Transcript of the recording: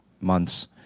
months